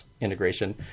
integration